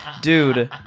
Dude